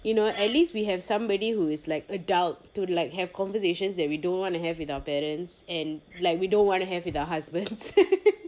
you know at least we have somebody who is like adult to like have conversations that we do want to have with our parents and like we don't wanna have with our husbands